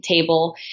table